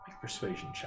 Persuasion